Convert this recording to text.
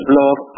love